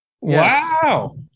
Wow